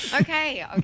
okay